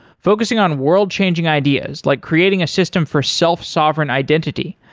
focusing on world-changing ideas like creating a system for self-sovereign identity,